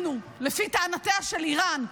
לפי טענותיה של איראן,